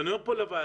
אני אומר פה לוועדה,